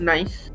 Nice